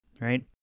Right